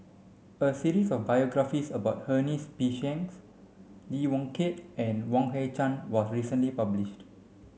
a series of biographies about Ernest P Shanks Lee Yong Kiat and Yan Hui Chang was recently published